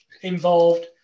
involved